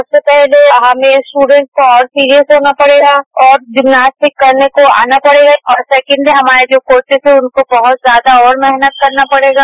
सबसे पहले हमें स्ट्रडेंट्स को और सीरियस होना पड़ेगा और जिम्नास्टिक करने को आना पड़ेगा और सेकेंडली हमारे कोच हैं उनको बहुत ज्यादा और मेहनत करना पड़ेगा